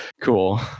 cool